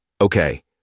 okay